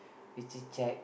you chit chat